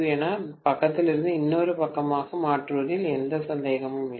எனவே ஒரு பக்கத்திலிருந்து இன்னொரு பக்கமாக மாற்றுவதில் எந்த சந்தேகமும் இல்லை